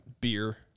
beer